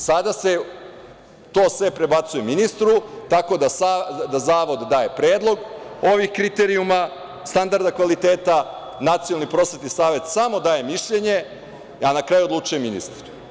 Sada se to sve prebacuje ministru, tako da Zavod daje predlog ovih kriterijuma standarda kvaliteta, Nacionalni prosvetni savet samo daje mišljenje, a na kraju odlučuje ministar.